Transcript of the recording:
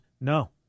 no